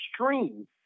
extreme